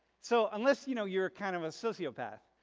so unless you know, you're kind of a sociopath